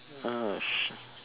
oh shit